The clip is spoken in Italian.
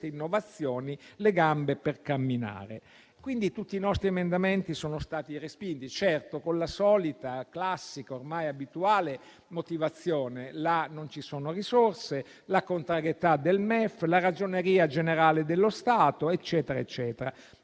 innovazioni, le gambe per camminare. Tutti i nostri emendamenti sono stati respinti, certo, con la solita, classica e ormai abituale motivazione che non ci sono risorse, della contrarietà del MEF e della Ragioneria generale dello Stato. Allora, perché